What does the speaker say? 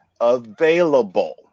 available